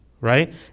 right